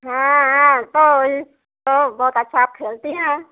हाँ तो इ तो बहुत अच्छा आप खेलती हैं